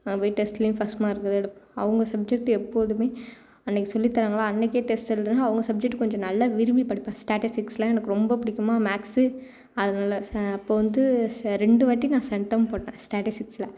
அங்கே போய் டெஸ்ட்லேயும் ஃபர்ஸ்ட் மார்க்கு தான் எடுப்பேன் அவங்க சப்ஜெக்ட் எப்போதும் அன்னைக்கி சொல்லித் தர்றாங்களா அன்னைக்கே டெஸ்ட் எழுதலேனா அவங்க சப்ஜெக்ட் கொஞ்சம் நல்லா விரும்பி படிப்பேன் ஸ்டாட்டிஸ்டிக்லாம் எனக்கு ரொம்ப பிடிக்குமா மாக்ஸு அதனால் அப்போ வந்து ரெண்டு வாட்டி நான் செண்டம் போட்டேன் ஸ்டாட்டிஸ்டிக்கில்